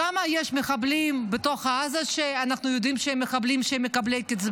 כמה מחבלים יש בתוך עזה שאנחנו יודעים שהם מקבלי קצבה?